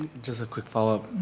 just a quick follow-up,